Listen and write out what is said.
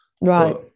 Right